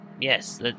Yes